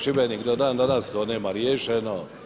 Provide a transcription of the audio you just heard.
Šibenik to do dan danas to nema riješeno.